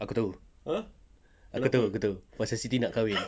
aku tahu aku tahu aku tahu pasal siti nak kahwin